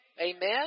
Amen